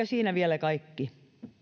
siinä vielä kaikki